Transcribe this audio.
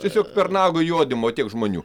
tiesiog per nago juodymą tiek žmonių